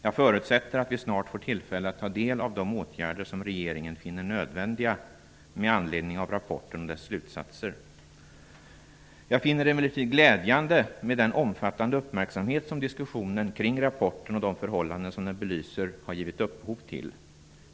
Jag räknar med att vi snart får tillfälle att ta del av de åtgärder som regeringen finner nödvändiga med anledning av rapporten och dess slutsatser. Jag finner det emellertid glädjande med den omfattande uppmärksamhet som diskussionen kring rapporten och de förhållanden som den belyser har givit upphov till.